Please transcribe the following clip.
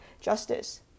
justice